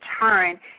turn